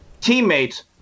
teammates